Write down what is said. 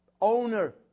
Owner